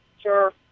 Sure